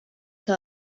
que